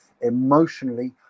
emotionally